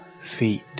feet